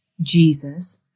Jesus